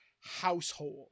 household